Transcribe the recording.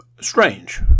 strange